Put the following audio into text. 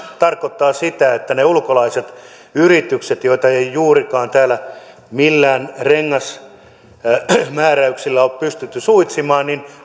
tarkoittaa sitä että ne ulkolaiset yritykset joita ei ei juurikaan täällä millään rengasmääräyksillä ole pystytty suitsimaan